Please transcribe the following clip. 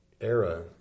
era